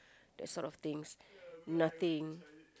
that sort of things nothing